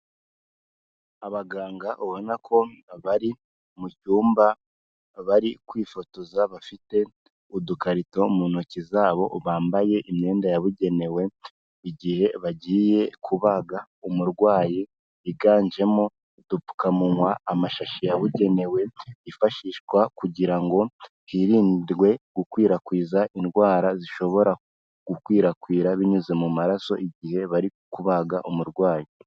Abaganga ubona ko bari mu cyumba bari kwifotoza, bafite udukarito mu ntoki zabo, bambaye imyenda yabugenewe igihe bagiye kubaga umurwayi, higanjemo udupfukamunwa, amashashi yabugenewe yifashishwa kugira ngo hirindwe gukwirakwiza indwara zishobora gukwirakwira binyuze mu maraso, igihe bari kubaga umurwayi.